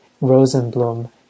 Rosenblum